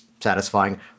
satisfying